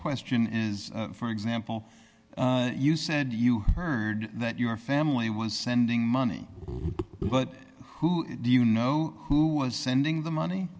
question is for example you said you heard that your family was sending money but who do you know who was sending the money